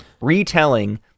retelling